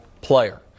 player